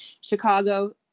Chicago